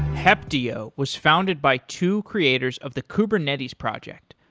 heptio was founded by two creators of the kubernetes project,